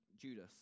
Judas